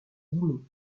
guinée